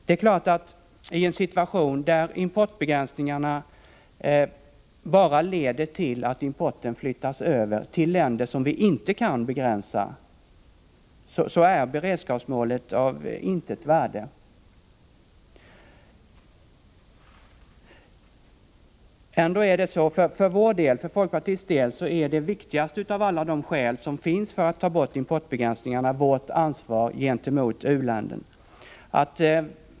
Det är klart att i en situation där importbegränsningarna bara leder till att importen flyttas över till länder där vi inte kan åstadkomma begränsningar är beredskapsmålet av intet värde. Från folkpartiets sida anser vi att det viktigaste av alla de skäl som finns för att ta bort importbegränsningarna är vårt ansvar gentemot u-länderna.